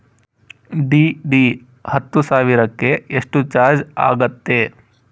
DD ಹತ್ತು ಸಾವಿರಕ್ಕೆ ಎಷ್ಟು ಚಾಜ್೯ ಆಗತ್ತೆ?